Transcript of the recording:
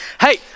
hey